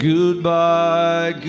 Goodbye